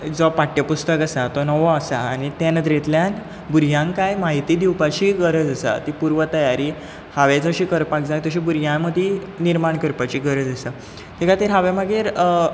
जो पाठ्य पुस्तक आसा तो नवो आसा आनी त्या नदरेंतल्यान भुरग्यांक काय माहिती दिवपाची गरज आसा ती पूर्व तयार हांवें जशें करपाक जाय तशें भुरग्यां मदीं निर्माण करपाची गरज आसा ते खातीर हांवें मागीर